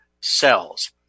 cells